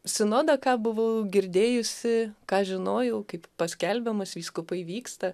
sinodą ką buvau girdėjusi ką žinojau kaip paskelbiamas vyskupai vyksta